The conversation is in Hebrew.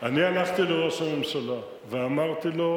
אני הלכתי לראש הממשלה ואמרתי לו: